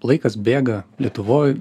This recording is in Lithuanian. laikas bėga lietuvoj